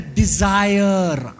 desire